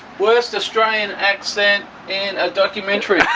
worst australian accent in a documentary